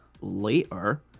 later